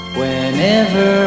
whenever